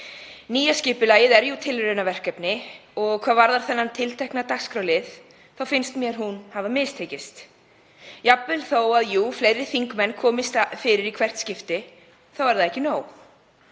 Nýja skipulagið er jú tilraunaverkefni og hvað varðar þennan tiltekna dagskrárlið finnst mér það hafa mistekist. Jafnvel þó að fleiri þingmenn komist að í hvert skipti þá er það ekki nóg